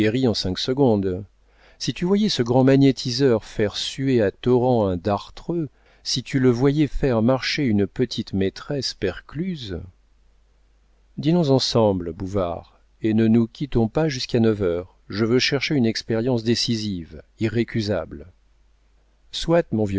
en cinq secondes si tu voyais ce grand magnétiseur faire suer à torrents un dartreux si tu le voyais faire marcher une petite maîtresse percluse dînons ensemble bouvard et ne nous quittons pas jusqu'à neuf heures je veux chercher une expérience décisive irrécusable soit mon